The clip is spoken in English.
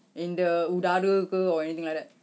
in the udara ke or anything like that